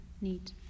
need